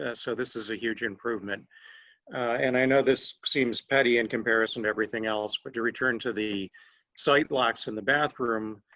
and so this is a huge improvement and i know this seems petty in and comparison to everything else. but to return to the site locks in the bathroom.